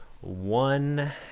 one